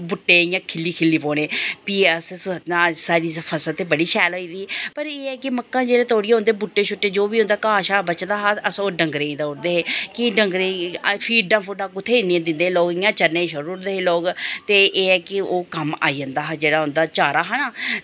बूह्टे इ'यां खिल्ली खिल्ली पौने फ्ही असें सोचना अज्ज साढ़ी फसल ते बड़ी शैल होई गेई पर एह् ऐ मक्कां शक्का उं'दे बुट्टे शुट्टे तोड़ियै घाह् शाह् बचदा हा ते अस ओह् डंगरें गी देई ओड़दे हे कि डंगरें गी फीटां फूटां कुत्थें इन्नियां दिंदे हे लोग इ'यां चरने गी छोड़ी ओड़दे हे लोग ते एह् ऐ कि ओह् कम्म आई जंदा हा जेह्का उं'दा चारा हा ना